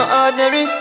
ordinary